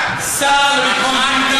נו.